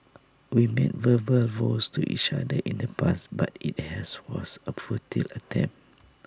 we made verbal vows to each other in the past but IT has was A futile attempt